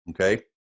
Okay